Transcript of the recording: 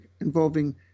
involving